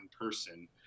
person